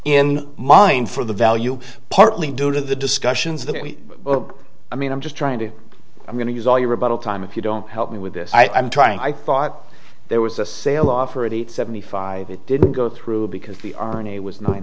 in mind for the value partly due to the discussions that we i mean i'm just trying to i'm going to use all your rebuttal time if you don't help me with this i'm trying i thought there was a sale offer eighty eight seventy five it didn't go through because the ernie was